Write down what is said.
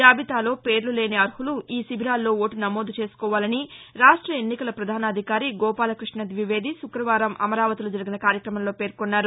జాబితాలో పేర్ల లేని అర్హులు ఈ శిబిరాల్లో ఓటు నమోదు చేసుకోవాలని రాష్ట ఎన్నికల ప్రధానాధికారి గోపాలకృష్ణ ద్వివేది శు క్రకవారం అమరావతిలో జరిగిన కార్యక్రమంలో పేర్కొన్నారు